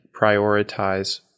prioritize